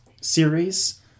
series